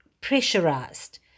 pressurized